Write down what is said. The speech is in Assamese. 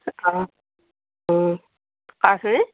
অঁ অঁ